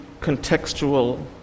contextual